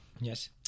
Yes